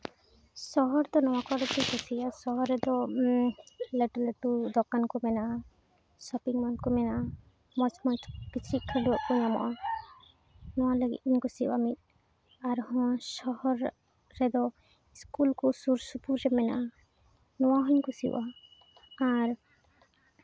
ᱥᱚᱦᱚᱨᱫᱚ ᱱᱚᱣᱟ ᱠᱚᱨᱮᱜ ᱠᱚ ᱠᱩᱥᱤᱭᱟᱜᱼᱟ ᱥᱚᱦᱚᱨ ᱨᱮᱫᱚ ᱞᱟᱹᱴᱩ ᱞᱟᱹᱴᱩ ᱫᱚᱠᱟᱱ ᱠᱚ ᱢᱮᱱᱟᱜᱼᱟ ᱥᱚᱯᱤᱝ ᱢᱚᱦᱚᱞ ᱠᱚ ᱢᱮᱱᱟᱜᱼᱟ ᱠᱤᱪᱨᱤᱪ ᱠᱷᱟᱹᱰᱩᱣᱟᱹᱜ ᱠᱚ ᱧᱟᱢᱚᱜᱼᱟ ᱱᱚᱣᱟ ᱞᱟᱹᱜᱤᱫ ᱤᱧ ᱠᱩᱥᱤᱭᱟᱜᱼᱟ ᱢᱤᱫ ᱟᱨᱦᱚᱸ ᱥᱚᱦᱚᱨ ᱨᱮᱫᱚ ᱤᱥᱠᱩᱞ ᱠᱚ ᱥᱩᱨ ᱥᱩᱯᱩᱨ ᱨᱮ ᱢᱮᱱᱟᱜᱼᱟ ᱱᱚᱣᱟ ᱦᱚᱸᱧ ᱠᱩᱥᱤᱭᱟᱜᱼᱟ ᱟᱨ